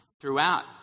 Throughout